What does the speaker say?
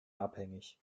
abhängig